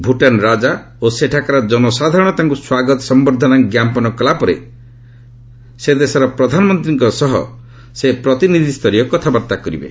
ଭୂଟାନ୍ ରାଜା ଓ ସେଠାକାର ଜନସାଧାରଣ ତାଙ୍କୁ ସ୍ୱାଗତ ସମ୍ଭର୍ଦ୍ଧନା ଜ୍ଞାପନ କଳାପରେ ସେ ସେଦେଶର ପ୍ରଧାନମନ୍ତ୍ରୀଙ୍କ ସହ ପ୍ରତିନିଧିଷ୍ଠରୀୟ କଥାବାର୍ତ୍ତା କରିବେ